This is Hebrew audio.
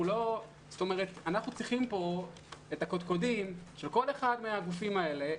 אנחנו צריכים פה את הקודקודים של כל אחד מהגופים האלה,